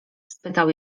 spytał